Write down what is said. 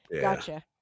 gotcha